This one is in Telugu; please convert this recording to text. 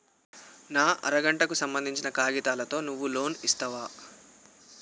నా అర గంటకు సంబందించిన కాగితాలతో నువ్వు లోన్ ఇస్తవా?